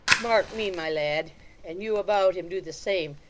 mark me, my lad and you about him do the same.